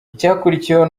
icyakurikiyeho